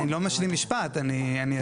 אבל אני לא מצליח להשלים משפט, ואני אשמח.